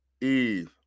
Eve